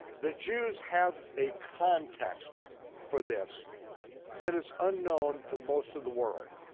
the jews have a context for this that is unknown to most of the world.